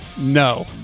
No